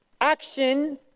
Action